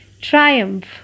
Triumph